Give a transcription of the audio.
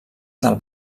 del